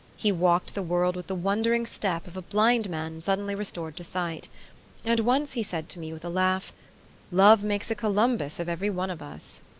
he walked the world with the wondering step of a blind man suddenly restored to sight and once he said to me with a laugh love makes a columbus of every one of us!